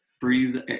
breathe